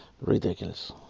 Ridiculous